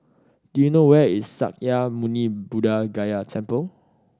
do you know where is Sakya Muni Buddha Gaya Temple